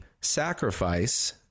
sacrifice